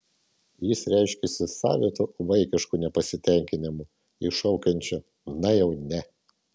jis reiškiasi savitu vaikišku nepasitenkinimu iššaukiančiu na jau ne